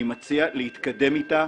אני מציע להתקדם איתה,